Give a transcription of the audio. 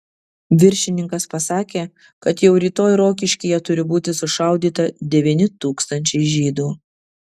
viršininkas pasakė kad jau rytoj rokiškyje turi būti sušaudyta devyni tūkstančiai žydų